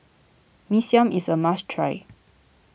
Mee Siam is a must try